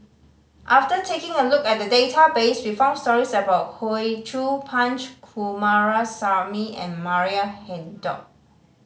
after taking a look at the database we found stories about Hoey Choo Punch Coomaraswamy and Maria Hertogh